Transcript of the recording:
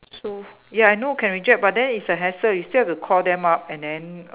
so ya I know can reject but then it's a hassle you still have to call them up and then